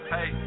Hey